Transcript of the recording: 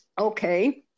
Okay